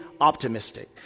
optimistic